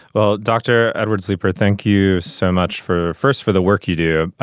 well dr. edwards leeper thank you so much for first for the work you do.